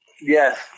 Yes